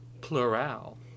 plural